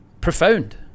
profound